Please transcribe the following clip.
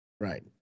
right